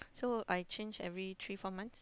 so I change every three four months